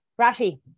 Rashi